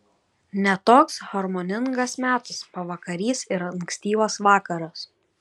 ne toks harmoningas metas pavakarys ir ankstyvas vakaras